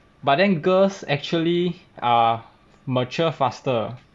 but then girls actually are mature faster